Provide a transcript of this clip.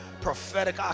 prophetic